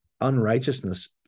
unrighteousness